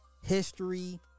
history